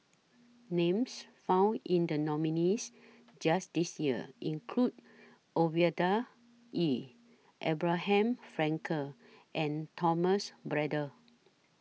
Names found in The nominees' list This Year include Ovidia Yu Abraham Frankel and Thomas Braddell